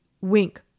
Wink